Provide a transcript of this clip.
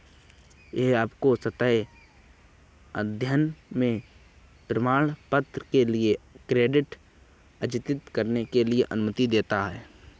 यह आपको सतत अध्ययन में प्रमाणपत्र के लिए क्रेडिट अर्जित करने की अनुमति देता है